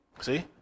See